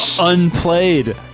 unplayed